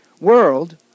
world